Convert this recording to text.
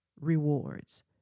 rewards